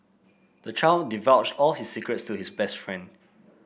the child divulged all his secrets to his best friend